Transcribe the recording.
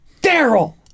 Daryl